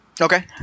Okay